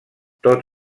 tot